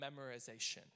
memorization